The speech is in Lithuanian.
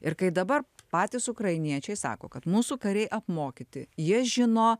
ir kai dabar patys ukrainiečiai sako kad mūsų kariai apmokyti jie žino